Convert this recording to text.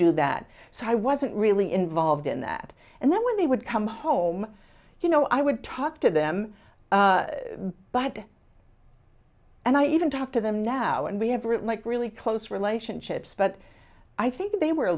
do that so i wasn't really involved in that and then when they would come home you know i would talk to them but and i even talk to them now and we have written like really close relationships but i think they were a